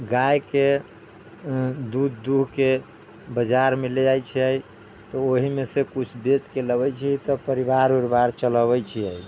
गाय के दूध दुह के बजार मे ले जाइ छियै तऽ ओहि मे से कुछ बेच के लबै छियै तऽ परिवार उरिवार चलबै छियै